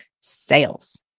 sales